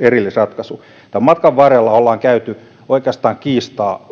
erillisratkaisu tämän matkan varrella ollaan käyty kiistaa